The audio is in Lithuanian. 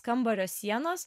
kambario sienos